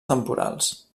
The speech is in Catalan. temporals